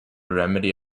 remedy